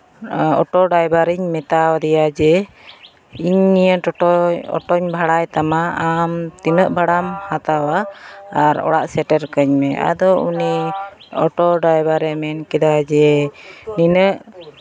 auto driver ᱤᱧ ᱢᱮᱛᱟᱣ ᱫᱮᱭᱟ ᱡᱮ ᱤᱧ ᱱᱤᱭᱟᱹ ᱴᱳᱴᱳ ᱚᱴᱳᱧ ᱵᱷᱟᱲᱟᱭ ᱛᱟᱢᱟ ᱟᱢ ᱛᱤᱱᱟᱹᱜ ᱵᱷᱟᱲᱟᱢ ᱦᱟᱛᱟᱣᱟ ᱚᱲᱟᱜ ᱥᱮᱴᱮᱨ ᱠᱟᱹᱧ ᱢᱮ ᱟᱫᱚ ᱩᱱᱤ ᱚᱴᱳ ᱰᱟᱭᱵᱷᱟᱨ ᱮ ᱢᱮᱱ ᱠᱮᱫᱟ ᱡᱮ ᱱᱤᱱᱟᱹᱜ